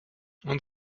und